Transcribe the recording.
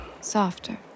Softer